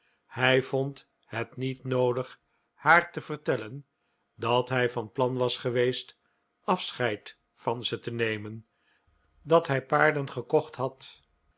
hij vond het niet noodig haar te vertellen dat hij van plan was geweest afscheid van ze te nemen dat hij paarden gekocht had